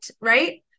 right